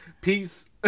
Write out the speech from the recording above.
Peace